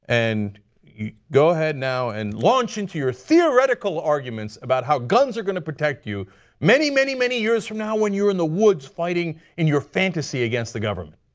and go ahead now and launch into your theoretical arguments about how guns are going to protect you many, many many years from now when you are in the woods fighting in your fantasy against the government.